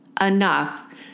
enough